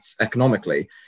economically